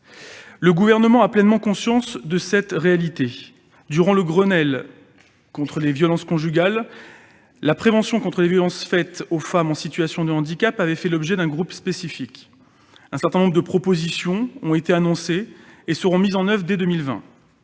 Le Gouvernement a pleinement conscience de cette réalité. Durant le Grenelle contre les violences conjugales, la prévention des violences faites aux femmes en situation de handicap avait fait l'objet d'un groupe de travail spécifique. Un certain nombre de propositions ont été annoncées et seront mises en oeuvre dès 2020.